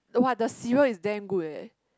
!wah! the cereal is damn good eh